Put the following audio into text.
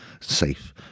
safe